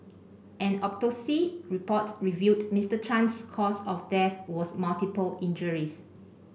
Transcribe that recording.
an autopsy report revealed Mister Chan's cause of death as multiple injuries